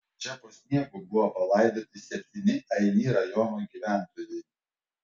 čia po sniegu buvo palaidoti septyni aini rajono gyventojai